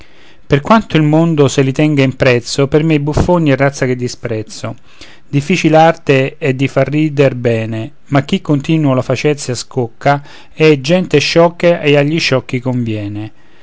per quanto il mondo se li tenga in prezzo per me i buffoni è razza che disprezzo difficil arte è di far rider bene ma chi continuo la facezia scocca è gente sciocca e agli sciocchi conviene